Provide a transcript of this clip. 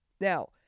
Now